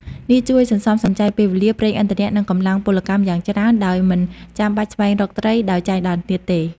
នេះជួយសន្សំសំចៃពេលវេលា ប្រេងឥន្ធនៈ និងកម្លាំងពលកម្មយ៉ាងច្រើន ដោយមិនចាំបាច់ស្វែងរកត្រីដោយចៃដន្យទៀតទេ។